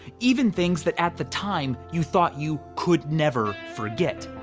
even things that at the time you thought you could never forget.